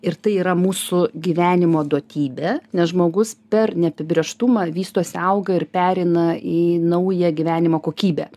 ir tai yra mūsų gyvenimo duotybė nes žmogus per neapibrėžtumą vystosi auga ir pereina į naują gyvenimo kokybę